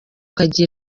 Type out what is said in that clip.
kandi